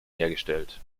hergestellt